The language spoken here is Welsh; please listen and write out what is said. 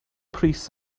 pris